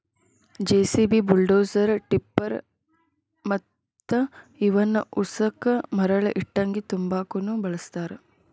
JCB, bulldozer, tipper ಮತ್ತ ಇವನ್ ಉಸಕ ಮರಳ ಇಟ್ಟಂಗಿ ತುಂಬಾಕುನು ಬಳಸ್ತಾರ